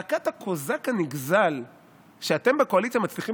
זעקת הקוזק הנגזל שאתם בקואליציה מצליחים